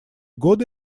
годы